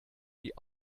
die